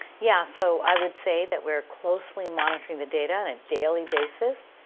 yeah, so i would say that we're closely monitoring the data on a daily basis,